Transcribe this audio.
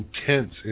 intense